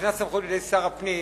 מקנה סמכות בידי שר הפנים